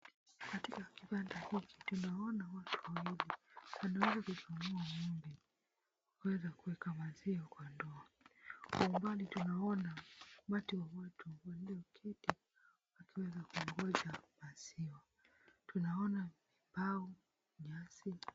Katika upande huu tunaona watu wawili. Tunaona wakiungua mbele. Kwaweza kuweka maziwa kwa ndoo. Kwa umbali tunaona mati wa watu walioketi. Hatuwezi kuingiza maziwa. Tunaona vipau nyasi.